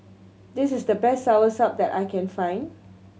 this is the best Soursop that I can find